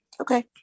Okay